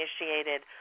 initiated